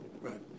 Right